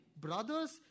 brother's